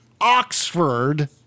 Oxford